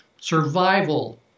survival